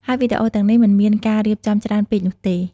ហើយវីដេអូទាំងនេះមិនមានការរៀបចំច្រើនពេកនោះទេ។